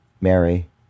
Mary